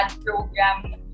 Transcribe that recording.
program